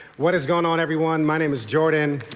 what is going on everyone? my name is jordan,